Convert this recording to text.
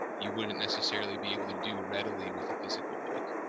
you wouldn't necessarily be able to do readily with a physical book.